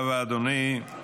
תודה רבה, אדוני.